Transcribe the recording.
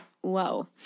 Whoa